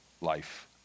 life